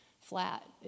flat